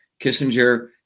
Kissinger